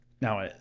Now